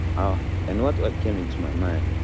ah and and what what came into my mind,